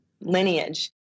lineage